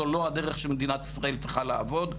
זו לא הדרך שמדינת ישראל צריכה לעבוד.